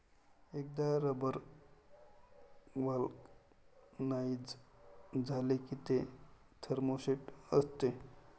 एकदा rubber vulcanise झाले की ते थर्मोसेट असते